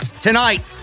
Tonight